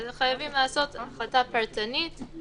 אנחנו חייבים לקבל את תוצאות הבדיקה.